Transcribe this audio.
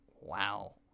Wow